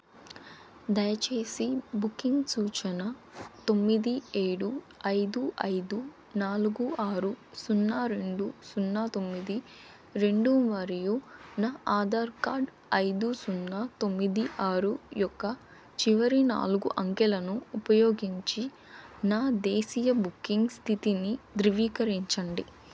దయచేసి బుకింగ్ సూచన తొమ్మిది ఏడు ఐదు ఐదు నాలుగు ఆరు సున్నా రెండు సున్నా తొమ్మిది రెండు మరియు నా ఆధార్ కార్డ్ ఐదు సున్నా తొమ్మిది ఆరు యొక్క చివరి నాలుగు అంకెలను ఉపయోగించి నా దేశీయ బుక్కింగ్ స్థితిని ధృవీకరించండి